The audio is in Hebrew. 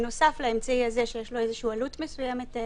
בנוסף לאמצעי הזה שיש לו איזושהי עלות מסוימת,